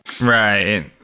right